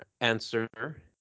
answer